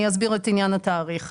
כן, אני אסביר את עניין התאריך.